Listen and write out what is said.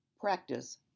Practice